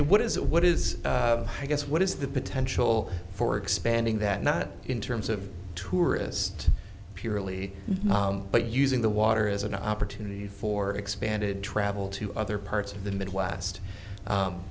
what is it what is i guess what is the potential for expanding that not in terms of tourist purely but using the water as an opportunity for expanded travel to other parts of the midwest